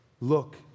look